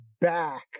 back